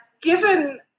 given